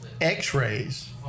x-rays